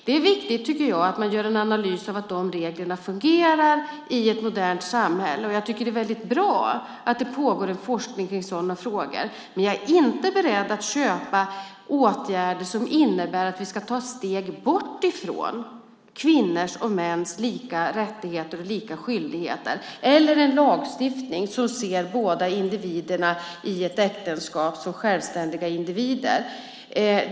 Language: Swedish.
Det är viktigt att vi gör en analys av att de reglerna fungerar i ett modernt samhälle. Det är väldigt bra att det pågår en forskning om sådana frågor. Men jag är inte beredd att köpa åtgärder som innebär att vi ska ta steg bort från kvinnors och mäns lika rättigheter och skyldigheter eller en lagstiftning som ser båda individerna i ett äktenskap som självständiga individer.